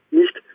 nicht